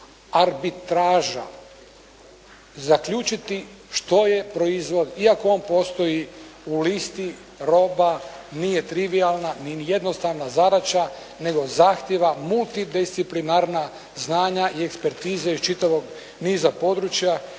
arbitraža. Zaključiti što je proizvod iako on postoji u listi roba, nije trivijalna, ni jednostavna zadaća, nego zahtijeva multidisciplinarna znanja i ekspertize iz čitavog niza područja